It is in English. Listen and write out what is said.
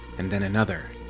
and then another.